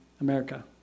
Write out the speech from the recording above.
America